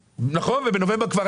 הנוהל אומר שהקריטריונים צריכים